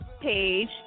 Page